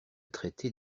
traité